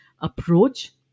approach